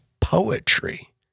poetry